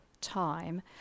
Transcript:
time